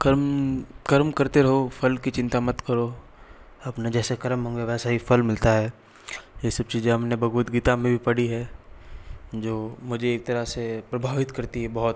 कर्म कर्म करते रहो फल की चिंता मत करो अपने जैसे कर्म होंगे वैसा ही फल मिलता है ये सब चीज़ें हमने भगवत गीता में भी पढ़ी हैं जो मुझे एक तरह से प्रभावित करती हैं बहुत